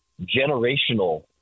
generational